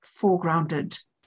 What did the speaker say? foregrounded